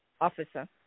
officer